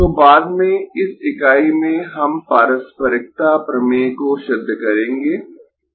तो बाद में इस इकाई में हम पारस्परिकता प्रमेय को सिद्ध करेंगें